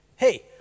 Hey